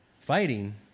Fighting